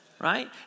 right